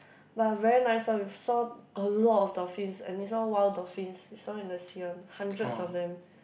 but very nice one we've saw a lot of dolphins and is all wild dolphins is all in the sea one hundreds of them